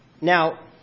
now